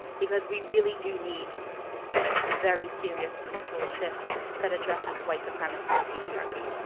because we really do need a very serious cultural shift that addresses white supremacy and patriarchy.